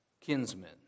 kinsmen